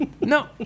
No